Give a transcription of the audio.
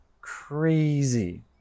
crazy